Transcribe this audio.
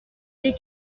les